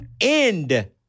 end